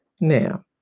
Now